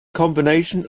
combination